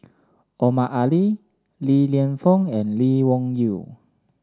Omar Ali Li Lienfung and Lee Wung Yew